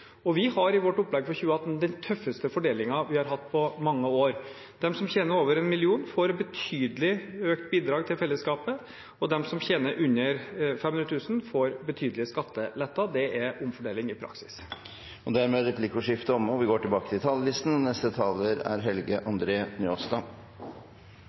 fordeling. Vi har i vårt opplegg for 2018 den tøffeste fordelingen vi har hatt på mange år. De som tjener over 1 mill. kr, får betydelig økte bidrag til fellesskapet, og de som tjener under 500 000 kr, får betydelige skatteletter. Det er omfordeling i praksis. Dermed er replikkordskiftet omme. Skatt og avgift er viktig for heilskapen i statsbudsjettet, og det er